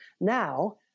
Now